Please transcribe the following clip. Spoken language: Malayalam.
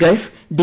Gulf D